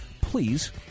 please